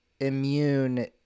immune